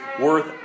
worth